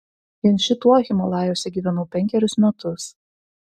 vien šituo himalajuose gyvenau penkerius metus